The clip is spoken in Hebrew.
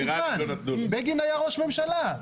בגין היה ראש ממשלה.